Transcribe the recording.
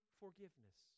forgiveness